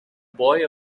boy